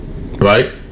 right